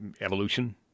evolution